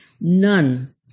none